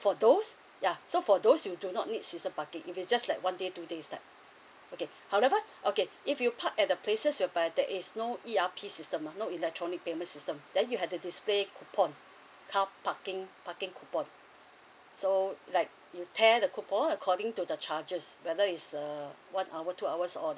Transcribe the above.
for those yeah so for those you do not need system parking if it's just like one day two days like okay however okay if you park at the places whereby there is no E_R_P system uh no electronic payment system then you had to display coupon car parking parking coupon so like you tear the coupon according to the charges whether is uh one hour two hours or